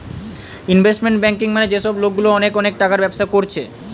investment banking মানে যে সব লোকগুলা অনেক অনেক টাকার ব্যবসা কোরছে